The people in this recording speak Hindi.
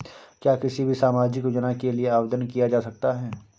क्या किसी भी सामाजिक योजना के लिए आवेदन किया जा सकता है?